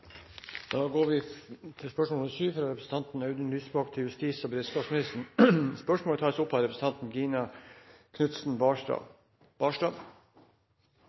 fra representanten Audun Lysbakken til justis- og beredskapsministeren, blir tatt opp av representanten Gina Knutson Barstad.